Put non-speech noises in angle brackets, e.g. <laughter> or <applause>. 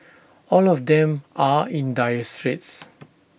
<noise> all of them are in dire straits